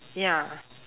ya